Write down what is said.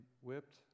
whipped